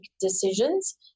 decisions